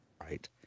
Right